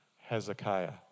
Hezekiah